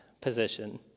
position